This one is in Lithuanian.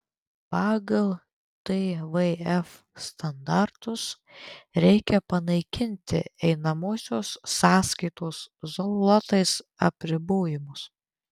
pagal tvf standartus reikia panaikinti einamosios sąskaitos zlotais apribojimus